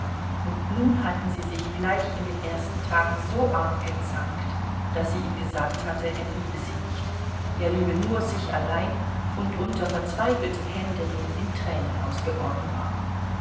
und nun hatten sie sich gleich in den ersten tagen so arg gezankt daß sie ihm gesagt hatte er liebe sie nicht er liebe nur sich allein und unter verzweifeltem händeringen in tränen ausgebrochen war